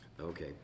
Okay